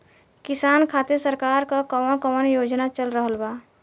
किसान खातिर सरकार क कवन कवन योजना चल रहल बा?